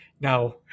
Now